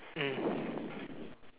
mm